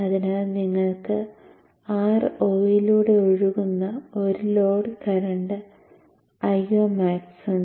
അതിനാൽ നിങ്ങൾക്ക് Ro യിലൂടെ ഒഴുകുന്ന ഒരു ലോഡ് കറന്റ് Io മാക്സ് ഉണ്ട്